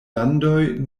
landoj